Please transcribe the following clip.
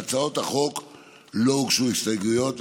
להצעות החוק לא הוגשו הסתייגויות,